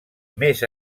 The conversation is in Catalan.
més